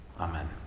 Amen